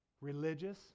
Religious